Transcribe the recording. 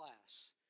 class